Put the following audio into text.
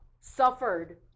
suffered